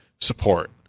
support